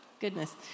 goodness